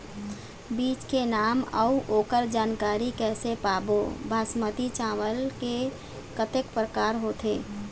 बीज के नाम अऊ ओकर जानकारी कैसे पाबो बासमती चावल के कतेक प्रकार होथे?